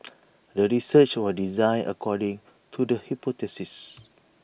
the research was designed according to the hypothesis